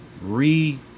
re